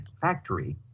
factory